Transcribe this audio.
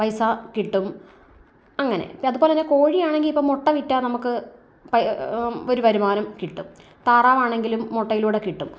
പൈസ കിട്ടും അങ്ങനെ ഇപ്പം അതുപോലെ തന്നെ കോഴി ആണെങ്കിൽ ഇപ്പം മുട്ട വിറ്റാൽ നമുക്ക് ഒരു വരുമാനം കിട്ടും താറാവ് ആണെങ്കിലും മുട്ടയിലൂടെ കിട്ടും